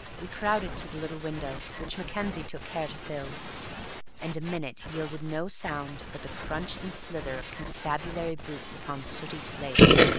we crowded to the little window, which mackenzie took care to fill and a minute yielded no sound but the crunch and slither of constabulary boots upon sooty slates.